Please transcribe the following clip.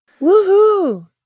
Woohoo